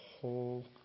whole